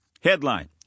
Headline